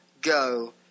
go